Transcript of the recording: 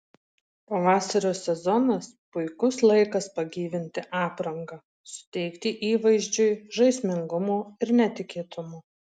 pavasario sezonas puikus laikas pagyvinti aprangą suteikti įvaizdžiui žaismingumo ir netikėtumo